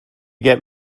get